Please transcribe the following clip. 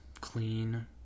clean